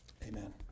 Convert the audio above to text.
Amen